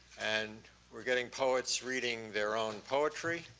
and we're getting poets reading their own poetry,